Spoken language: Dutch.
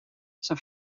zijn